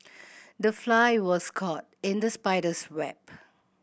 the fly was caught in the spider's web